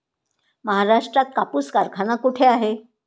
महाराष्ट्रात कापूस कारखाना कुठे आहे?